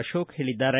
ಅಶೋಕ್ ಹೇಳಿದ್ದಾರೆ